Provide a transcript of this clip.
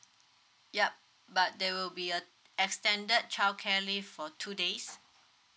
yup but there will be a extended childcare leave for two days